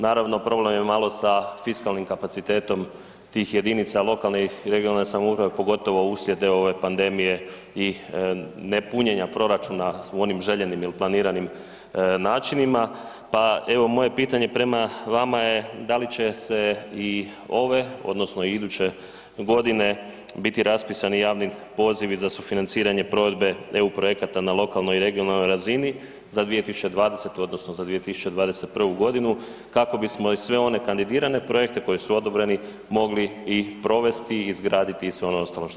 Naravno, problem je malo sa fiskalnim kapacitetom tih jedinica lokalne i regionalne samouprave, pogotovo uslijed ove pandemije i nepunjenja proračuna u onim željenim ili planiranim načinima pa evo, moje pitanje prema vama je, da li će se i ove, odnosno i iduće godine biti raspisani javni pozivi za sufinanciranje provedbe EU projekata na lokalnoj i regionalnoj razini za 2020. odnosno za 2021. g., kako bismo i sve one kandidirane projekte koji su odobreni, mogli i provesti i izraditi sve ono ostalo što smo planirali.